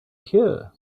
here